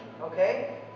okay